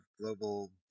global